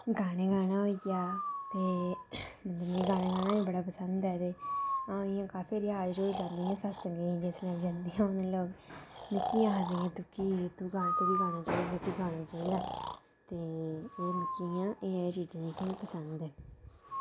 गाने गाना होई गेआ ते मिगी गाना गाना बी पसंद ऐ ते अ'ऊं इ'यां काफी रियाज रिऊज करनी आं सत्संग जिसलै बी जंदी अ'ऊं लोग मिगी गै आखदे कि तुगी तू गाना तुगी गाना चाहिदा ते एह् मिगी इ'यां एह् चीजां जेह्कियां मिगी पसंद न